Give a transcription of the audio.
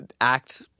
act